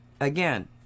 again